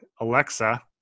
Alexa